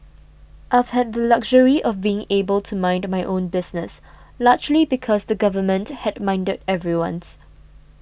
I've had the luxury of being able to mind my own business largely because the Government had minded everyone's